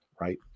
right